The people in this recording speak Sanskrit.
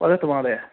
वदतु महोदय